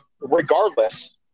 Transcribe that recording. regardless